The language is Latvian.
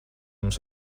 mums